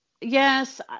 Yes